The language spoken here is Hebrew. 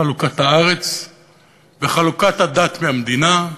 חלוקת הארץ וחלוקת הדת מהמדינה.